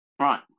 Right